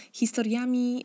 historiami